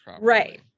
right